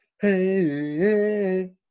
Hey